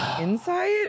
Insight